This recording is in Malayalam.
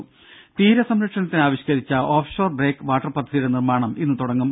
രുര തീരസംരക്ഷണത്തിന് ആവിഷ്കരിച്ച ഓഫ് ഷോർ ബ്രേക്ക് വാർട്ടർ പദ്ധതിയുടെ നിർമാണം ഇന്ന് തുടങ്ങും